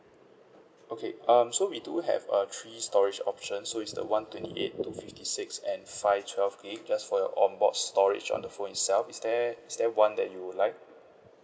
okay um so we do have uh three storage options so it's the one twenty eight fifty six and five twelve gig just for your on board storage on the phone itself is there is there one that you would like